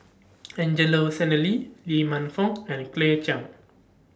Angelo Sanelli Lee Man Fong and Claire Chiang